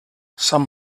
some